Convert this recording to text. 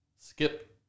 skip